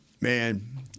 Man